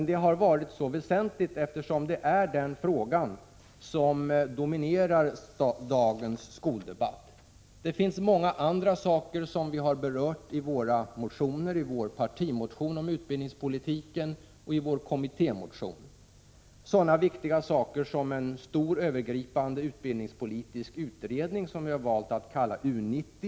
Det har varit väsentligt, eftersom det är den frågan som dominerar dagens skoldebatt. Det finns många andra frågor att diskutera, och vi har berört dem i våra motioner, bl.a. i vår partimotion om utbildningspolitiken och vår kommittémotion. Det gäller sådana viktiga saker som en stor övergripande utbildningspolitisk utredning, som vi har valt att kalla U 90.